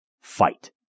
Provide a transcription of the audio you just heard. fight